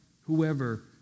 whoever